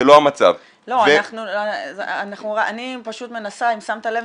זה לא המצב -- אם שמת לב,